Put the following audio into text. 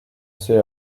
assez